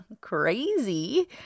crazy